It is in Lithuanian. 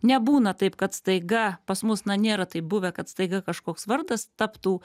nebūna taip kad staiga pas mus na nėra taip buvę kad staiga kažkoks vardas taptų